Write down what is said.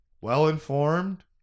well-informed